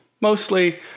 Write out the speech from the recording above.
Mostly